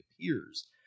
appears